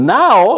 now